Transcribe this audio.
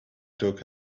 talk